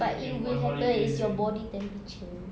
but it will happen it's your body temperature